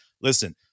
Listen